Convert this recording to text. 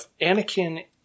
Anakin